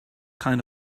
kind